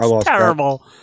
terrible